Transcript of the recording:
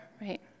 right